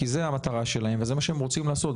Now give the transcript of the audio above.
כי זו המטרה שלהם וזה מה שהם רוצים לעשות,